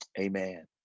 Amen